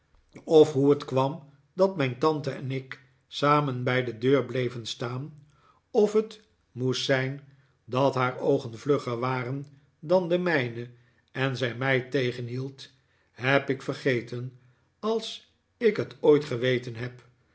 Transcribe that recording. of hoe het kwam dat mijn tante en ik samen bij de deur bleven staan of het moet zijn dat haar oogen vlugger waren dan de mijne en zij mij tegenhield heb ik vergeten als ik het obit geweten heb